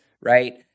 right